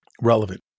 relevant